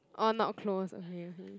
all not close okay okay